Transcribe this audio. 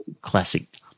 Classic